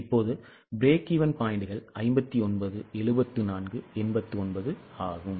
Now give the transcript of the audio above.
இப்போது பிரேக்ஈவென் பாயிண்ட்கள் 59 74 89 ஆகும்